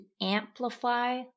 amplify